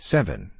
Seven